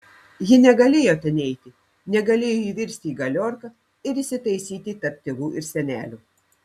ji negalėjo ten eiti negalėjo įvirsti į galiorką ir įsitaisyti tarp tėvų ir senelių